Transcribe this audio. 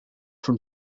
from